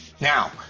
Now